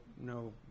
no